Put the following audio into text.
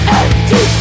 empty